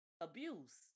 abuse